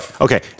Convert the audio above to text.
Okay